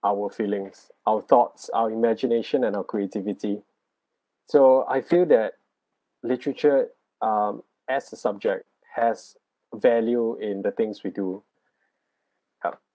our feelings our thoughts our imagination and our creativity so I feel that literature um as a subject has value in the things we do how